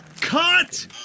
Cut